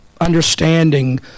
understanding